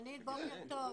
אמרה לך שאין תקורות,